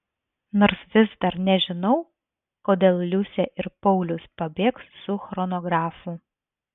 nors vis dar nežinau kodėl liusė ir paulius pabėgs su chronografu